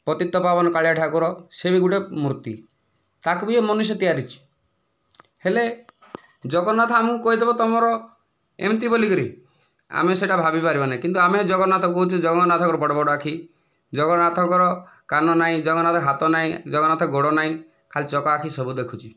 ପତିତ ପାବନ କାଳିଆ ଠାକୁର ସେ ବି ଗୋଟିଏ ମୂର୍ତ୍ତି ତାକୁ ବି ଏ ମନୁଷ୍ୟ ତିଆରିଛି ହେଲେ ଜଗନ୍ନାଥ ଆମକୁ କହିଦେବ ତୁମର ଏମିତି ବୋଲିକିରି ଆମେ ସେଇଟା ଭାବିପାରିବା ନାହିଁ କିନ୍ତୁ ଆମେ ଜଗନ୍ନାଥକୁ କହୁଛୁ ଜଗନ୍ନାଥଙ୍କର ବଡ଼ ବଡ଼ ଆଖି ଜଗନ୍ନାଥଙ୍କର କାନ ନାହିଁ ଜଗନ୍ନାଥଙ୍କ ହାତ ନାହିଁ ଜଗନ୍ନାଥଙ୍କ ଗୋଡ଼ ନାହିଁ ଖାଲି ଚକା ଆଖି ସବୁ ଦେଖୁଛି